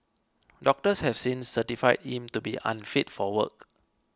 doctors have since certified him to be unfit for work